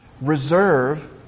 Reserve